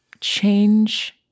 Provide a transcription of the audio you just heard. change